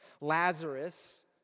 Lazarus